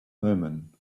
omen